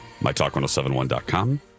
MyTalk1071.com